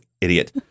idiot